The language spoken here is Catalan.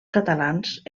catalans